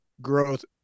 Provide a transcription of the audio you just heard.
growth